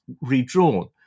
redrawn